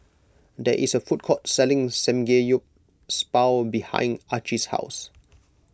there is a food court selling Samgeyopsal behind Archie's house